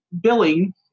billing